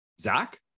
Zach